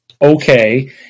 Okay